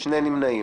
שני נמנעים.